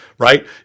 Right